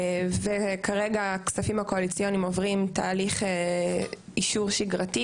וכרגע הכספים הקואליציוניים עוברים תהליך אישור שגרתי,